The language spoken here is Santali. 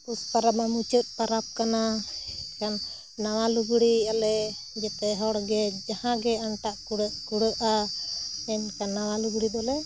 ᱯᱩᱥ ᱯᱟᱨᱟᱵᱽ ᱫᱚ ᱢᱩᱪᱟᱹᱫ ᱯᱟᱨᱟᱵᱽ ᱠᱟᱱᱟ ᱠᱷᱟᱱ ᱱᱟᱣᱟ ᱞᱩᱜᱽᱲᱤᱡ ᱟᱞᱮ ᱡᱚᱛᱚ ᱦᱚᱲᱜᱮ ᱡᱟᱦᱟᱸᱜᱮ ᱟᱱᱴᱟᱜ ᱠᱩᱲᱟᱹᱜ ᱠᱩᱲᱟᱹᱜᱼᱟ ᱮᱱᱠᱷᱟᱱ ᱱᱟᱣᱟ ᱞᱩᱜᱽᱲᱤ ᱫᱚᱞᱮ